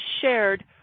shared